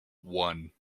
one